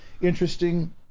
interesting